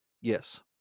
Yes